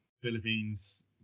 Philippines